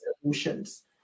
solutions